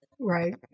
Right